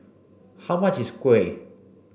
how much is Kuih